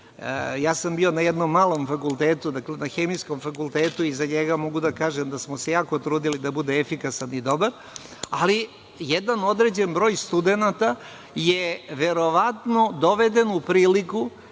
Ja sam bio na jednom malom fakultetu, dakle, na Hemijskom fakultetu, i za njega mogu da kažem da smo se jako trudili da bude efikasan i dobar, ali jedan određen broj studenata je verovatno doveden u priliku